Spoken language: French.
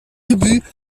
ubu